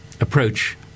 approach